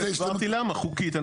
אני הסברתי למה חוקית,